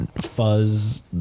fuzz